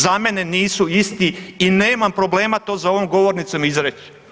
Za mene nisu isti i nemam problema to za ovom govornicom izreći.